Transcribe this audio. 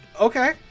Okay